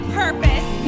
purpose